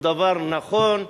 הוא דבר נכון,